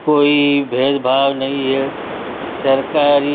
कि भेद भाव नहीं है सरकारी